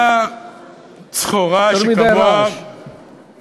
יונה צחורה שכמוה, יותר מדי רעש.